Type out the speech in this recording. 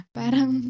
parang